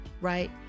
Right